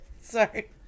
Sorry